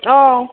औ